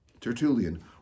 Tertullian